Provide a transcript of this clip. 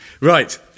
Right